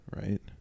Right